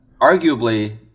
arguably